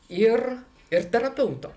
ir ir terapeuto